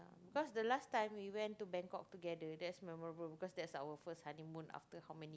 cause the last time we went to Bangkok together that's memorable because that's our first honeymoon after how many